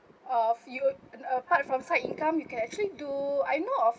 of you and apart from the side income you can actually do I know of